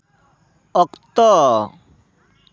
ᱚᱠᱛᱚ